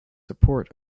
support